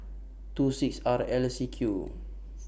two six R L C Q